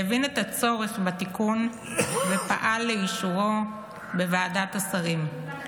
שהבין את הצורך בתיקון שכזה ופעל לאישורו בוועדת השרים.